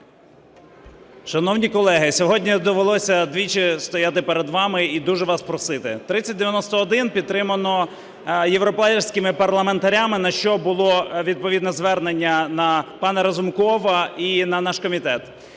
Шановні колеги, сьогодні довелося двічі стояти перед вами і дуже вас просити. 3091 підтримано європейськими парламентарями, на що було відповідне звернення на пана Разумкова і на наш комітет.